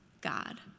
God